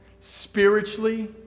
spiritually